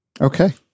Okay